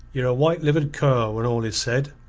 ye're a white-livered cur when all is said.